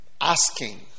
Asking